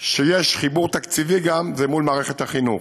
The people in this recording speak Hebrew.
שיש גם חיבור תקציבי זה מול מערכת החינוך.